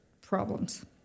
problems